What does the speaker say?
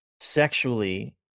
Sexually